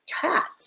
cat